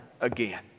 again